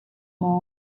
maw